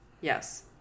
Yes